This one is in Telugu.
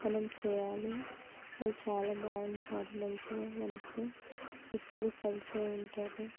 మనం చేయాలి వాళ్ళు చాలా బాగుంటారు మంచిగా మనతో ఎప్పుడు కలిసే ఉంటారు